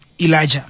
Elijah